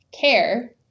care